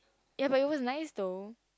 ya but it was nice though